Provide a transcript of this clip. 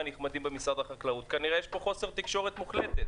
הנחמדים במשרד החקלאות כנראה יש פה חוסר תקשורת מוחלט.